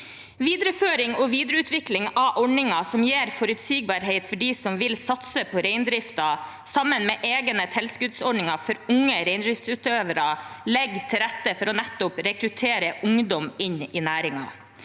Videreføring og videreutvikling av ordningen som gir forutsigbarhet for dem som vil satse på reindriften, sammen med egne tilskuddsordninger for unge reindriftsutøvere, legger til rette for nettopp å rekruttere ungdom inn i næringen.